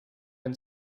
and